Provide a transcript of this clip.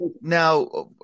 now